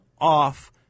off